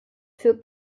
für